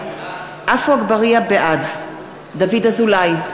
בעד דוד אזולאי,